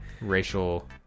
Racial